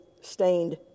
stained